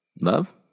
Love